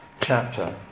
chapter